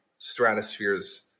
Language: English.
stratospheres